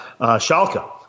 Schalke